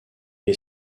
est